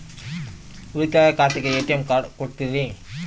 ಉಳಿತಾಯ ಖಾತೆಗೆ ATM card ಕೊಡ್ತೇರಿ?